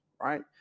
right